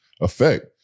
effect